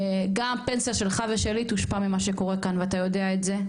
גם פנסיה שלך וששלי תושפע ממה שקורה כאן ואתה יודע את זה,